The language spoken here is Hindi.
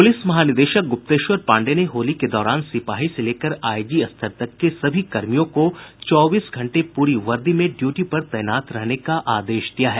पुलिस महानिदेशक गुप्तेश्वर पांडेय ने होली के दौरान सिपाही से लेकर आईजी स्तर तक के सभी कर्मियों को चौबीस घंटे पूरी वर्दी में ड्यूटी पर तैनात रहने का आदेश दिया है